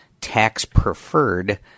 tax-preferred